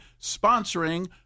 sponsoring